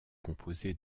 composé